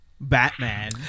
Batman